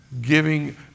giving